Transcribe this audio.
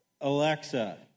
Alexa